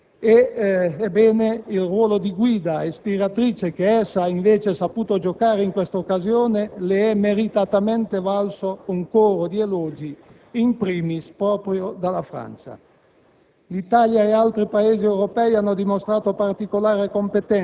Se gli europei sono oggi in grado di affermare in positivo un'identità anche militare che non inclina la solidarietà transatlantica è anche grazie all'Italia, all'energia, alla competenza dimostrata dal Governo,